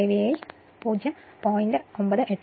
98 ആണ്